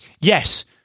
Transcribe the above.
yes